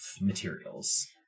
materials